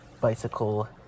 bicycle